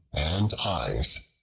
and eyes,